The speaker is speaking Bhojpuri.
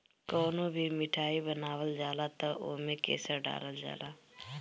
कवनो भी मिठाई बनावल जाला तअ ओमे केसर डालल जाला